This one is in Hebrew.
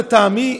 לטעמי,